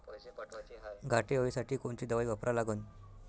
घाटे अळी साठी कोनची दवाई वापरा लागन?